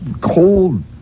cold